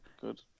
good